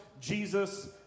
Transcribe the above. Jesus